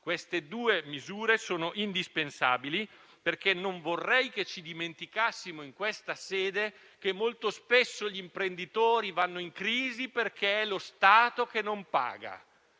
Queste due misure sono indispensabili, perché non vorrei dimenticassimo in questa sede che, molto spesso, gli imprenditori vanno in crisi perché è lo Stato che non paga.